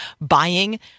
buying